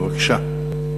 בבקשה.